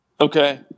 Okay